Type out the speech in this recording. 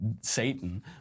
Satan